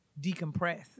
decompress